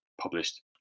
published